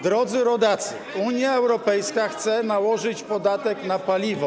Drodzy rodacy, Unia Europejska chce nałożyć podatek na paliwo.